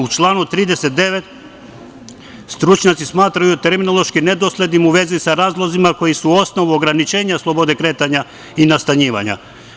U članu 39. stručnjaci smatraju terminološki nedoslednim u vezi sa razlozima koji su u osnovu ograničenja slobode kretanja i nastanjivanja.